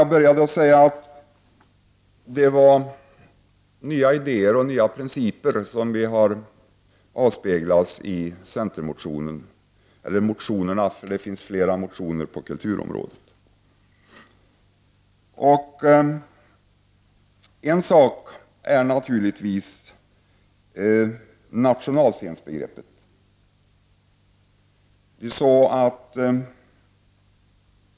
Jag inledde med att säga att det var nya idéer och nya principer som har avspeglats i centermotionerna på kulturområdet. En fråga är naturligtvis nationalscenbegreppet.